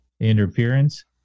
interference